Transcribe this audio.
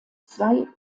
zwei